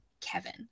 Kevin